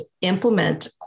implement